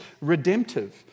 redemptive